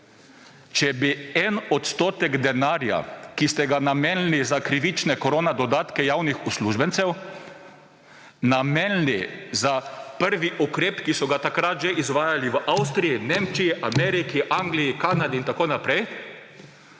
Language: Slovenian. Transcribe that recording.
Če bi en odstotek denarja, ki ste ga namenili za krivične korona dodatke javnih uslužbencev, namenili za prvi ukrep, ki so ga takrat že izvajali v Avstriji, Nemčiji, Ameriki, Angliji, Kanadi in tako naprej,